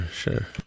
sure